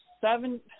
seven